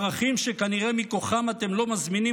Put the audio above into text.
ערכים שכנראה מכוחם אתם לא מזמינים